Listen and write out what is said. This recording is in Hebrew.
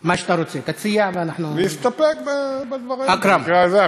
תציע, ואנחנו, להסתפק בדברים, במקרה הזה.